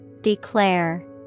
Declare